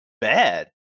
bad